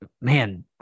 man